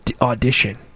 audition